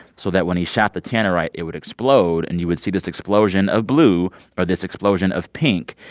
so that when he shot the tannerite, it would explode. and you would see this explosion of blue or this explosion of pink.